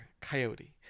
coyote